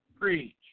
preach